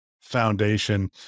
foundation